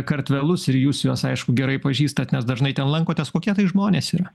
kartvelus ir jūs juos aišku gerai pažįstat nes dažnai ten lankotės kokie tai žmonės yra